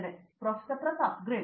Pratap Haridas great